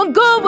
go